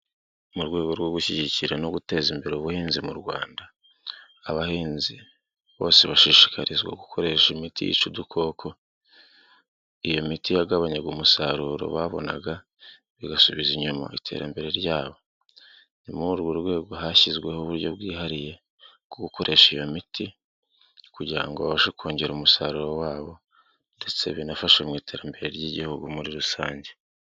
Mu rwego rwo gushyigikira no guteza imbere ubuhinzi mu Rwanda, abahinzi bose bashishikarizwa gukoresha imiti yica udukoko, iyo miti yagabanyaga umusaruro babonaga bigasubiza inyuma iterambere ryabo. Nimuri urwo rwego hashyizweho uburyo bwihariye bwo gukoresha iyo miti kugira ngo abashe kongera umusaruro wabo ndetse binafasha mu iterambere ry'igihugu muri rusange.